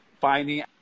finding